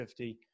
50